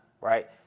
right